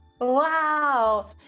Wow